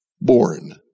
born